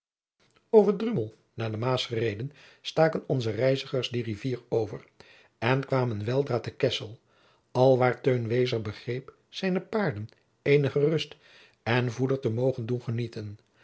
drumel naar de maas gereden staken onze reizigers die rivier over en kwamen weldra te kessel alwaar teun wezer begreep zijne paarden eenige rust en voeder te mogen doen genieten